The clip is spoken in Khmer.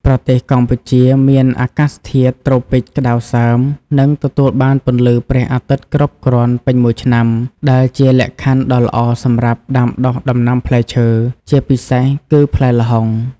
ប្រទេសកម្ពុជាមានអាកាសធាតុត្រូពិចក្តៅសើម និងទទួលបានពន្លឺព្រះអាទិត្យគ្រប់គ្រាន់ពេញមួយឆ្នាំ ដែលជាលក្ខខណ្ឌដ៏ល្អសម្រាប់ដាំដុះដំណាំផ្លែឈើ ជាពិសេសគឺផ្លែល្ហុង។